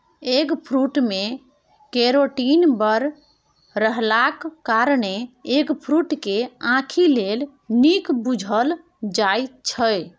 eggfruit मे carotene बड़ रहलाक कारणेँ एगफ्रुट केँ आंखि लेल नीक बुझल जाइ छै